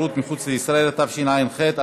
הרווחה והבריאות להמשך הכנתה לקריאה שנייה ושלישית.